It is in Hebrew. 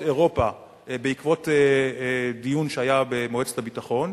אירופה בעקבות דיון שהיה במועצת הביטחון,